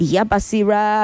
Yabasira